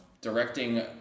directing